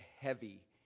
heavy